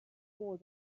swore